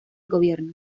gobierno